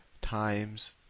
times